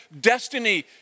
destiny